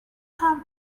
have